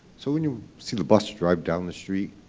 so when you see the bus drive down the street,